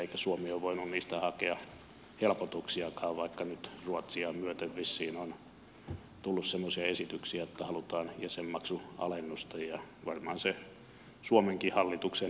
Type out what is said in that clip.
eikä suomi ole voinut niistä hakea helpotuksiakaan vaikka nyt ruotsia myöten vissiin on tullut semmoisia esityksiä että halutaan jäsenmaksualennusta ja varmaan se suomenkin hallituksen edessä on